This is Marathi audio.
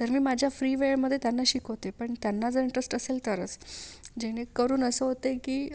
तर मी माझ्या फ्री वेळमध्ये त्यांना शिकवते पण त्यांना जर इंटरेस्ट असेल तरच जेणेकरून असं होतंय की